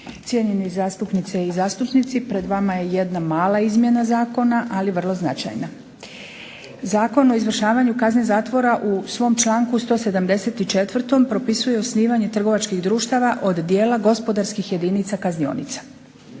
Cijenjeni zastupnice i zastupnici pred vama je jedna mala izmjena zakona, ali vrlo značajna. Zakon o izvršavanju kazne zatvora u svom članku 174. propisuje osnivanje trgovačkih društava od dijela gospodarskih jedinica kaznionica.